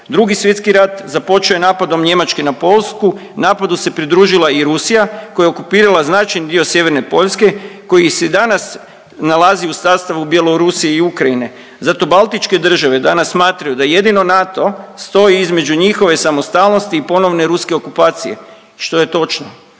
Drugi svjetski rat započeo je napadom Njemačke na Poljsku, napadu se pridružila i Rusija koja je okupirala značajni dio sjeverne Poljske koji se i danas nalazi u sastavu Bjelorusije i Ukrajine, zato Baltičke države danas smatraju da jedino NATO stoji između njihove samostalnosti i ponovne ruske okupacije što je točno.